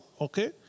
okay